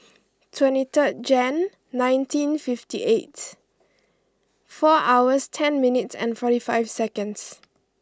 twenty third Jan nineteen fifty eight four hours ten minutes and forty five seconds